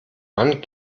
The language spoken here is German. wann